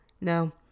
No